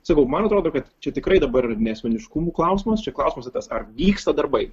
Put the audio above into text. sakau man atrodo kad čia tikrai dabar ne asmeniškumų klausimas čia klausimas tas ar vyksta darbai